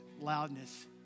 loudness